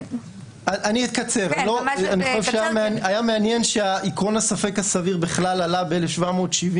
היה מעניין שנושא עיקרון הספק הסביר בכלל עלה ב-1770